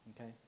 Okay